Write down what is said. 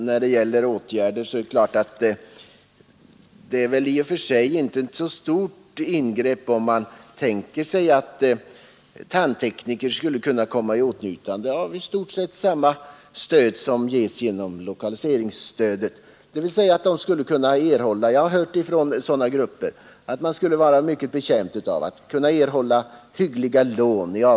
Herr talman! Vad åtgärderna beträffar är det väl i och för sig inte en så stor sak att låta tandtekniker komma i åtnjutande av i stort sett samma förmåner som nu ges genom lokaliseringsstödet. Jag har av tandteknikerna hört att de i avvaktan på att den tilltänkta reformen genomförs skulle vara mycket betjänta av att få hyggliga lån.